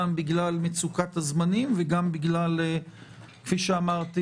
גם בגלל מצוקת הזמנים וגם כפי שאמרתי